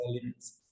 limits